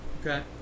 Okay